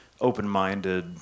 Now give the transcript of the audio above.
open-minded